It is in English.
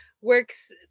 works